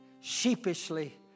sheepishly